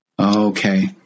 Okay